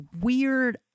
weird